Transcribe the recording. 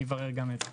אני אברר גם את זה.